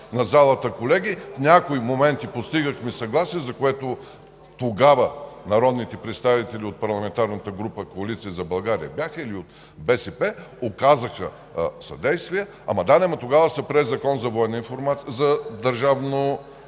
на залата, колеги, в някои моменти постигахме съгласие, за което тогава народните представители от парламентарната група „Коалиция за България“, или от БСП, оказаха съдействие. Да де, но тогава се прие Закон за военното